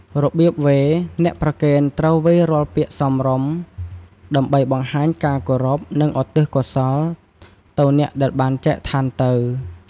របៀបវេរ អ្នកប្រគេនត្រូវវេររាល់ពាក្យសមរម្យ ដើម្បីបង្ហាញការគោរព និងឧទ្ទិសកោសលទៅអ្នកដែលបានចែកឋានទៅ។